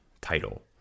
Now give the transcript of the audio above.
title